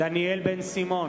דניאל בן-סימון,